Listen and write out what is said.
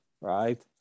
right